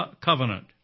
covenant